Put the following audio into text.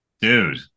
Dude